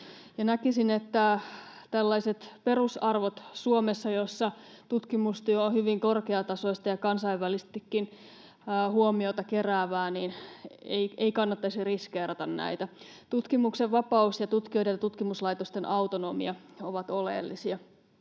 Näkisin, että tällaisia perusarvoja Suomessa, missä tutkimustyö on hyvin korkeatasoista ja kansainvälisestikin huomiota keräävää, ei kannattaisi riskeerata. Tutkimuksen vapaus ja tutkijoiden ja tutkimuslaitosten autonomia ovat oleellisia.